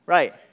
Right